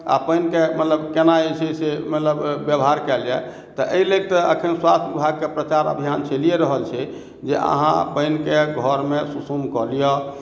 आ पानि के मतलब केना जे छै मतलब व्यवहार कयल जाय तऽ एहि लेल तऽ अखन स्वास्थ्य के प्रचार अभियान चैलिए रहल छै जे अहाँ पानिके घर मे सुसुम कऽ लीअ